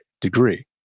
degree